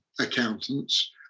accountants